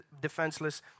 defenseless